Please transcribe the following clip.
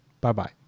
Bye-bye